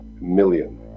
million